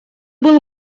был